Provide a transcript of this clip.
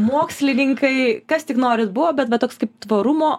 mokslininkai kas tik norit buvo bet va toks kaip tvarumo